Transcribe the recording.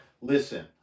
listen